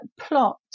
plot